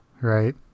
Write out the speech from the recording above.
right